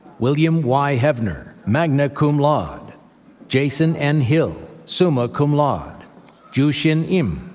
william y. heavner, magna cum laude jason n. hill, summa cum laude joo shin im,